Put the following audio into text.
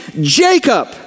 Jacob